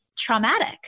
traumatic